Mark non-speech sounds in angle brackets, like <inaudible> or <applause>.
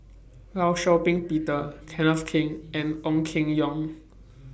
law Shau Ping Peter Kenneth Keng and Ong Keng Yong <noise>